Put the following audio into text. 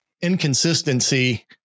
inconsistency